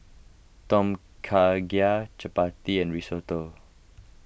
Tom Kha Gai Chapati and Risotto